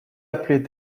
appeler